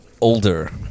Older